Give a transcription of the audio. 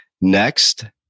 Next